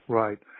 right